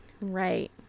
Right